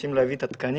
מנסים להביא את התקנים,